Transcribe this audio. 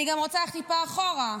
אני גם רוצה ללכת טיפה אחורה.